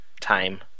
time